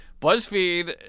BuzzFeed